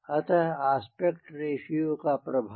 अतः aspect ratio का प्रभाव